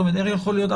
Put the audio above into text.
איך יכול להיות?